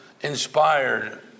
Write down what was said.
inspired